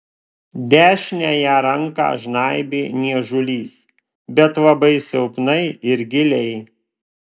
dešiniąją ranką žnaibė niežulys bet labai silpnai ir giliai